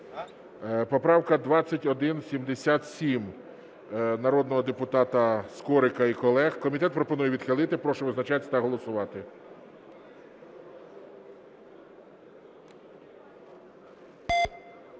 Поправка 2177 народного депутата Скорика і колег. Комітет пропонує відхилити. Прошу визначатись та голосувати.